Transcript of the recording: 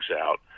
out